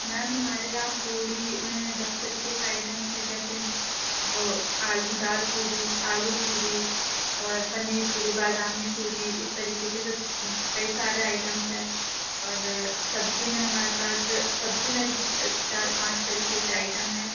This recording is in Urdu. میم ہمارے یہاں پوری میں دس طریقہ کا آئٹمس ہے جیسے وہ آل دال پوری آلو پوری اور پنیر پوری بادامی پوری اس طریقہ کے کئی سارے آئٹمس ہیں اور سبزی میں ہمارے پاس سبزی میں بھی چار پانچ طریقہ کے آئٹم ہیں